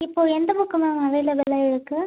இப்போது எந்த book ma'am அவைலபுளாக இருக்குது